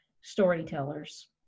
storytellers